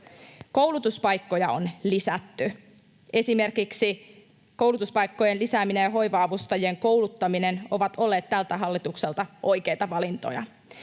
Koulutuspaikkoja on lisätty. Esimerkiksi koulutuspaikkojen lisääminen ja hoiva-avustajien kouluttaminen ovat olleet tältä hallitukselta oikeita valintoja.